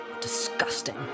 Disgusting